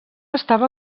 estava